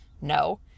No